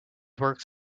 works